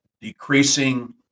decreasing